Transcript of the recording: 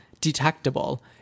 detectable